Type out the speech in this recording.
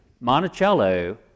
Monticello